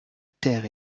terre